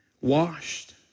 washed